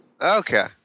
Okay